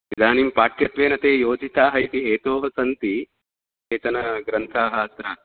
इदानीं पाठ्यत्वेन ते योजिताः इति हेतोः सन्ति केचनग्रन्थाः अत्र